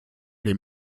dem